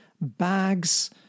bags